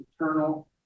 eternal